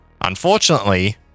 Unfortunately